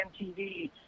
MTV